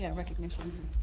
yeah recognition.